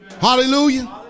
Hallelujah